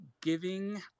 giving